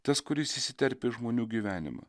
tas kuris įsiterpia į žmonių gyvenimą